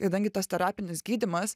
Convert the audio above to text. kadangi tas terapinis gydymas